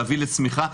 להביא לצמיחה,